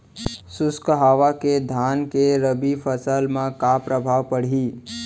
शुष्क हवा के धान के रबि फसल मा का प्रभाव पड़ही?